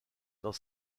dans